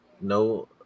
No